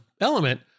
element